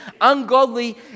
ungodly